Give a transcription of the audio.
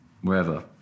wherever